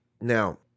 Now